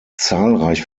zahlreich